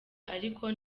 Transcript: ariko